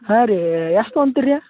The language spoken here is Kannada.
ಹಾಂ ರೀ ಎಷ್ಟು ತಗೋಂತಿರ್ಯ